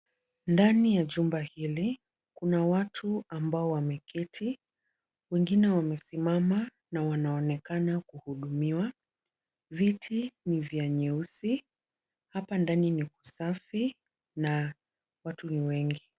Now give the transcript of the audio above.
Ndani ya jumba hili, kuna watu ambao wameketi, wengine wamesimama na wanaonekana kuhudumiwa. Viti ni vya nyeusi. Hapa ndani ni kusafi na watu ni wengi.